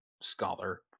scholar